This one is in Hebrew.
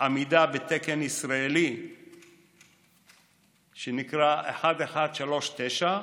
עמידה בתקן ישראלי שנקרא 1139.